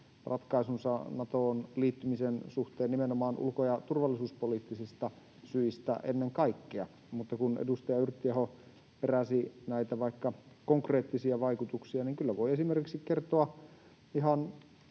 ratkaisunsa Natoon liittymisen suhteen, nimenomaan ulko- ja turvallisuuspoliittisista syistä ennen kaikkea. Kun edustaja Yrttiaho keräsi vaikka näitä konkreettisia vaikutuksia, niin kyllä voin esimerkiksi kertoa